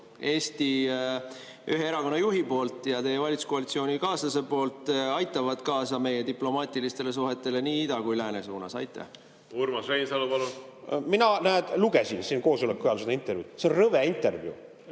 Eesti ühe erakonna juhi poolt ja teie valitsuskoalitsiooni kaaslase poolt aitavad kaasa meie diplomaatilistele suhetele nii ida kui lääne suunas. Urmas Reinsalu, palun! Urmas Reinsalu, palun! Mina lugesin siin koosoleku ajal seda intervjuud. See on rõve intervjuu,